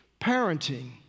parenting